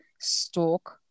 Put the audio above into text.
stalk